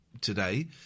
today